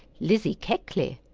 lizzie keckley.